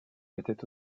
était